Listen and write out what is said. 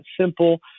simple